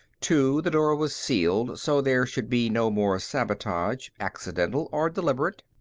two the door was sealed, so there should be no more sabotage, accidental or deliberate.